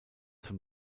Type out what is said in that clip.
zum